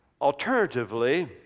Alternatively